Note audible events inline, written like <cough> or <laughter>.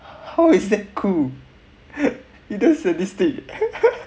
how is that cool <laughs> either sadistic